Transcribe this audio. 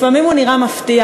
לפעמים הוא נראה מפתיע,